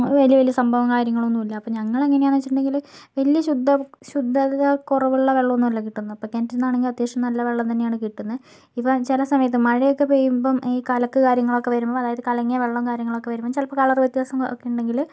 അത് വലിയ വലിയ സംഭവം കാര്യങ്ങളൊന്നു ഇല്ല അപ്പോൾ ഞങ്ങള് എങ്ങനെയാണെന്ന് വെച്ചിട്ടുണ്ട്ങ്കില് വലിയ ശുദ്ധ ശുദ്ധത കുറവുള്ള വെള്ളമൊന്നുമല്ല കിട്ടുന്നത് ഇപ്പോൾ കിണറ്റിൽ നിന്നാണെങ്കില് അത്യാവശ്യം നല്ല വെള്ളം തന്നെയാണ് കിട്ടുന്നത് ഇപ്പോൾ ചില സമയത്ത് മഴയൊക്കെ പെയ്യുമ്പോൾ ഈ കലക്ക് കാര്യങ്ങളൊക്കെ വരുമ്പോൾ അതായത് കലങ്ങിയ വെള്ളം കാര്യങ്ങളൊക്കെ വരുമ്പോൾ ചിലപ്പോൾ കളര് വ്യത്യാസം ഒക്കെ ഉണ്ടെങ്കില്